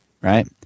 Right